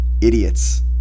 idiots